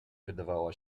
wydawała